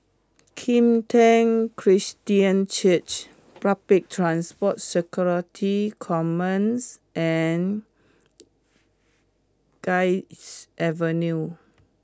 Kim Tian Christian Church Public Transport Security Command and Guards Avenue